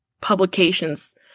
publications